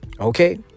Okay